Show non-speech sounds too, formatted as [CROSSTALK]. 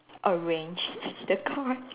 arrange [LAUGHS] the card